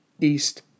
east